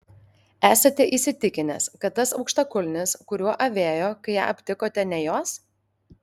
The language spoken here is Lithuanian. esate įsitikinęs kad tas aukštakulnis kuriuo avėjo kai ją aptikote ne jos